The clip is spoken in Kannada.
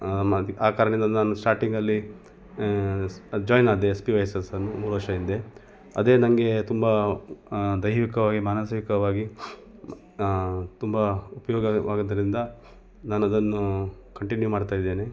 ಆ ಕಾರಣದಿಂದ ನಾನು ಸ್ಟಾರ್ಟಿಂಗಲ್ಲಿ ಜಾಯ್ನ್ ಆದೆ S P Y S S ಅನ್ನು ಮೂರು ವರ್ಷದ ಹಿಂದೆ ಅದೇ ನನಗೆ ತುಂಬ ದೈಹಿಕವಾಗಿ ಮಾನಸಿಕವಾಗಿ ಮ್ ತುಂಬ ಉಪಯೋಗವಾಗಿದ್ದರಿಂದ ನಾನು ಅದನ್ನು ಕಂಟಿನ್ಯೂ ಮಾಡ್ತಾ ಇದ್ದೇನೆ